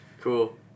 Cool